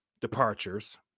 departures